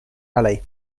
ali